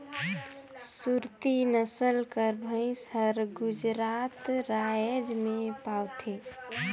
सुरती नसल कर भंइस हर गुजरात राएज में पवाथे